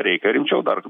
reikia rimčiau dar